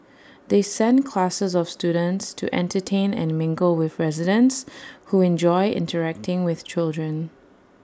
they send classes of students to entertain and mingle with residents who enjoy interacting with children